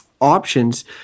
options